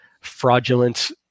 fraudulent